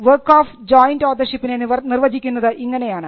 work of joint ഓതർഷിപ്പിനെ നിർവചിക്കുന്നത് ഇങ്ങനെയാണ്